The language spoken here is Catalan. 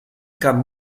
camp